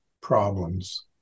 problems